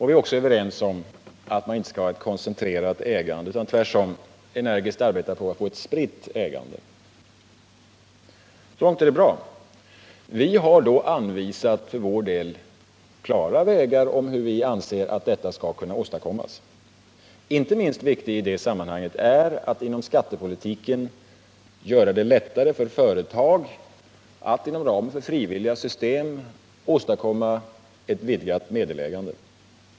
Vi är också överens om att man inte skall ha ett koncentrerat ägande, utan vi arbetar tvärtom energiskt på att få ett spritt ägande. Så långt är det bra! Vi har för vår del klart anvisat på vilka vägar vi anser att detta skall kunna åstadkommas. Inte minst viktigt i det sammanhanget är att genom skattepolitiken göra det lättare för företag att inom ramen för frivilliga system åstadkomma ett vidgat meddelägande.